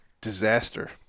disaster